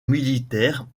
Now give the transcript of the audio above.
militaires